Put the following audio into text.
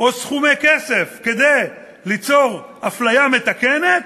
או סכומי כסף כדי ליצור אפליה מתקנת,